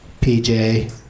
PJ